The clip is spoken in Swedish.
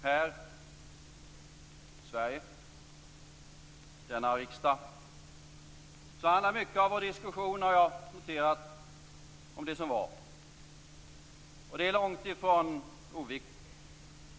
Här i Sverige, i denna riksdag, handlar mycket av vår diskussion, har jag noterat, om det som var, och det är långt ifrån oviktigt.